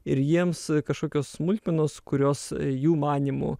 ir jiems kažkokios smulkmenos kurios jų manymu